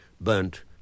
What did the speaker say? burnt